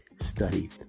studied